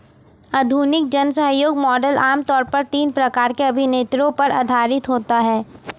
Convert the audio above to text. आधुनिक जनसहयोग मॉडल आम तौर पर तीन प्रकार के अभिनेताओं पर आधारित होता है